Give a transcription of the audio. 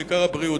העיקר הבריאות,